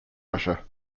russia